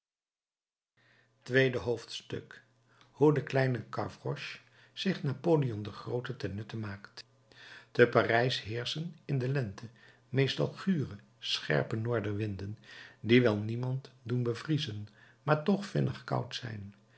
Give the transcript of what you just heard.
tweede hoofdstuk hoe de kleine gavroche zich napoleon den groote ten nutte maakt te parijs heerschen in de lente meestal gure scherpe noordenwinden die wel niemand doen bevriezen maar toch vinnig koud zijn